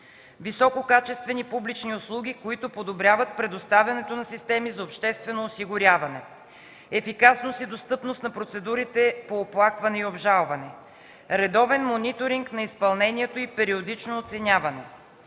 висококачествени публични услуги, които подобряват предоставянето на системите за обществено осигуряване; - ефикасност и достъпност на процедурите по оплакване и обжалване; - редовен мониторинг на изпълнението и периодично оценяване;